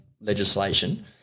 legislation